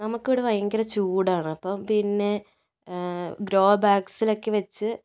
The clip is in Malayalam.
നമുക്കിവിടെ ഭയങ്കര ചൂടാണ് അപ്പം പിന്നെ ഗ്രോ ബാക്ക്സിലൊക്കെ വച്ച്